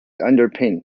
underpinned